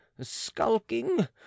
skulking